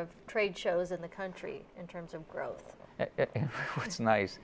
of trade shows in the country in terms of growth it's nice